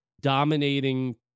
dominating